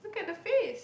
look at the face